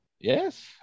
yes